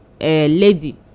lady